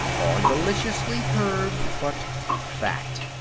or deliciously curved, but fat.